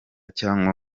cyangwa